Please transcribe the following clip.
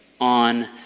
on